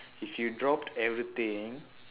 if you drop everything